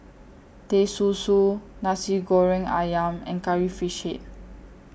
Teh Susu Nasi Goreng Ayam and Curry Fish Head